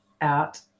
out